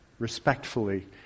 Respectfully